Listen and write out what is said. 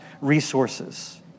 resources